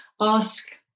ask